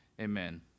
Amen